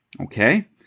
okay